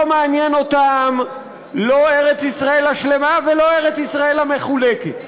לא מעניין אותם לא ארץ-ישראל השלמה ולא ארץ-ישראל המחולקת.